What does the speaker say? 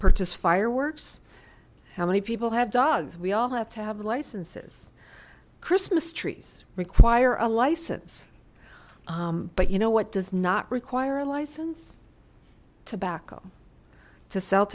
purchase fireworks how many people have dogs we all have to have licenses christmas trees require a license but you know what does not require a license tobacco to sell